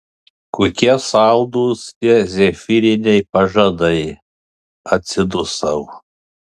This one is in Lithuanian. kokie saldūs tie zefyriniai pažadai atsidusau